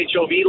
HOV